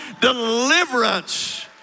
deliverance